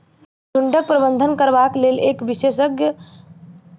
झुंडक प्रबंधन करबाक लेल एक विशेष खाकाक बाट बनाओल जाइत छै